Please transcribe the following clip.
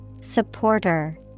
Supporter